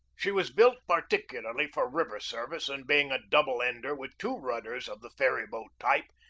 she was built particularly for river service and being a double-ender, with two rudders of the ferry boat type,